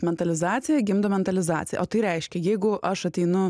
mentalizacija gimdo mentalizaciją o tai reiškia jeigu aš ateinu